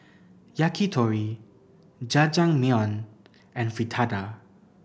Yakitori Jajangmyeon and Fritada